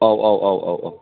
औ औ औ औ औ